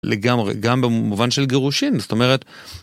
לגמרי, גם במובן של גירושין, זאת אומרת,